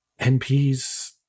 NPs